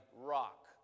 rock